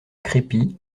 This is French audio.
crépy